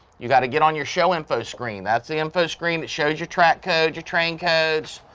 you got to get on your show info screen, that's the info screen that shows your track codes, your train codes,